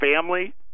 family